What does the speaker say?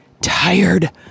tired